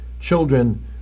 children